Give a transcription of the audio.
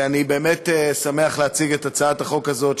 אני באמת שמח להציג את הצעת החוק הזאת,